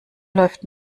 läuft